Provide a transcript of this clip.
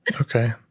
okay